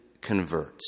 converts